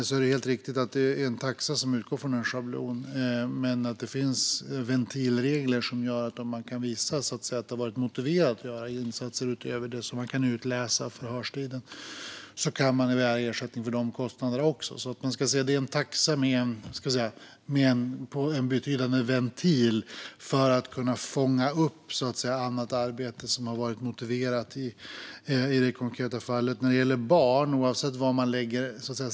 Det är helt riktigt att taxan utgår från en schablon, men det finns ventilregler som gör att man kan begära ersättning för de extra kostnaderna om man kan visa att det har varit motiverat att göra insatser utöver det som kan utläsas av förhörstiden. Det är en taxa med en betydande ventil för att annat arbete som har varit motiverat i det konkreta fallet ska kunna fångas upp.